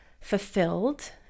fulfilled